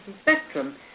spectrum